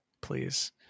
please